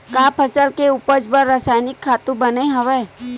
का फसल के उपज बर रासायनिक खातु बने हवय?